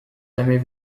jamais